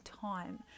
time